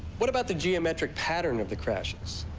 what about the geomeic pattern of the crashes?